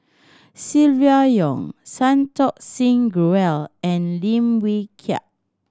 Silvia Yong Santokh Singh Grewal and Lim Wee Kiak